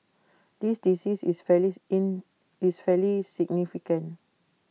this decrease is fairly in is fairly significant